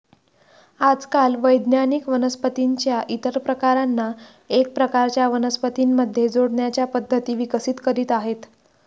आजकाल वैज्ञानिक वनस्पतीं च्या इतर प्रकारांना एका प्रकारच्या वनस्पतीं मध्ये जोडण्याच्या पद्धती विकसित करीत आहेत